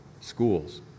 schools